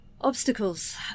Obstacles